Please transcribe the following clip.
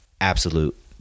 absolute